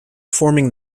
forming